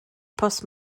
pws